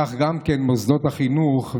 וכך גם מוסדות החינוך,